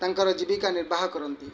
ତାଙ୍କର ଜୀବିକା ନିର୍ବାହ କରନ୍ତି